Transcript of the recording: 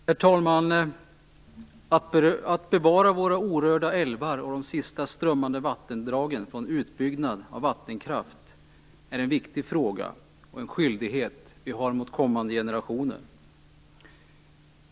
Herr talman! Att bevara våra orörda älvar och de sista strömmande vattendragen från utbyggnad av vattenkraft är en viktig uppgift och en skyldighet mot kommande generationer.